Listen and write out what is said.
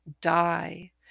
die